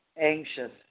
anxious